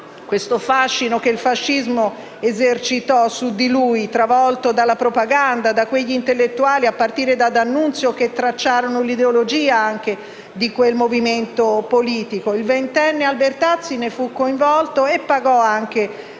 del fascino che il fascismo esercitò su di lui, travolto dalla propaganda di quegli intellettuali, a partire da D'Annunzio, che tracciarono l'ideologia di quel movimento politico. Il ventenne Albertazzi ne fu coinvolto e pagò anche